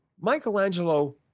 Michelangelo